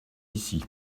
ici